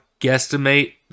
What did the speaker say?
guesstimate